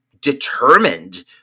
determined